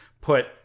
put